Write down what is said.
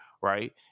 right